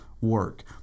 work